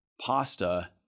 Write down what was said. Pasta